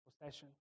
possession